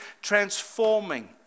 transforming